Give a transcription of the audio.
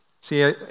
See